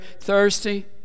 thirsty